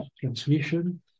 transmission